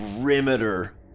perimeter